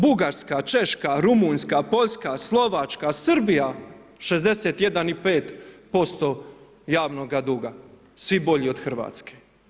Bugarska, Češka, Rumunjska, Poljska, Slovačka, Srbija 61,5% javnoga duga, svi bolji od Hrvatske.